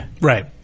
Right